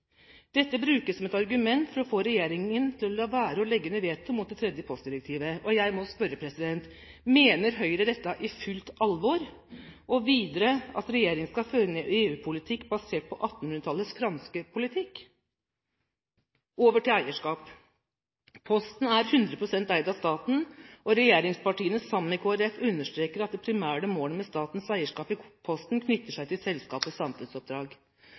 Dette brukes som et argument for å få regjeringen til å la være å legge ned veto mot det tredje postdirektivet. Jeg må spørre: Mener Høyre i fullt alvor at regjeringen skal føre en EU-politikk basert på 1800-tallets franske politikk? Over til eierskap: Posten er 100 pst. eid av staten, og regjeringspartiene, sammen med Kristelig Folkeparti, understreker at det primære målet med statens eierskap i Posten knytter seg til selskapets samfunnsoppdrag.